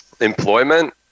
Employment